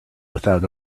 without